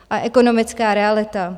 A ekonomická realita?